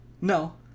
no